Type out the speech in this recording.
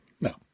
no